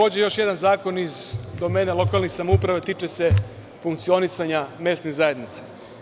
Takođe još jedan zakon iz domena lokalnih samouprava, a tiče se funkcionisanja mesnih zajednica.